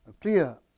clear